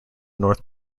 north